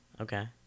okay